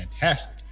fantastic